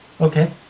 Okay